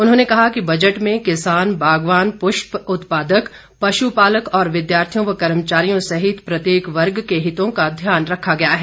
उन्होंने कहा कि बजट में किसान बागवान पुष्प उत्पादक पशुपालक और विद्यार्थियों व कर्मचारियों सहित प्रत्येक वर्ग के हितों का ध्यान रखा गया है